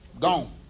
gone